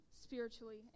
spiritually